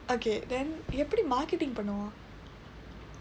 okay then எப்படி:eppadi marketing பண்ணுவோம்:pannuvoom